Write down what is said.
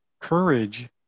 Courage